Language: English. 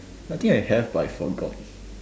I think I have but I forgot